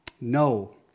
No